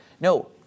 No